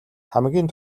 хамгийн